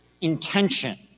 intention